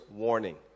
warning